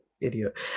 Idiot